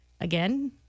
Again